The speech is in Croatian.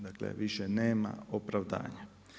Dakle, više neka opravdanja.